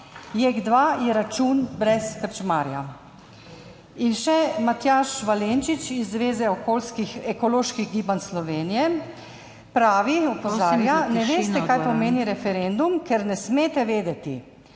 JEK2 je račun brez krčmarja." In še Matjaž Valenčič iz Zveze okoljskih ekoloških gibanj Slovenije, pravi, opozarja: "Ne veste, kaj pomeni referendum, ker ne smete vedeti.